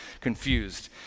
confused